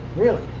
really?